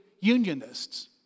unionists